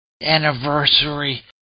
anniversary